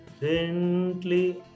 Gently